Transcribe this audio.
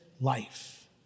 life